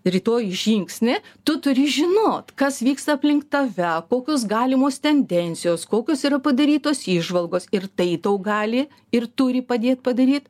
rytoj žingsnį tu turi žinot kas vyksta aplink tave kokios galimos tendencijos kokios padarytos įžvalgos ir tai tau gali ir turi padėt padaryt